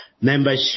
membership